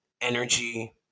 energy